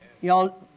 Y'all